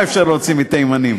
מה אפשר להוציא מתימנים.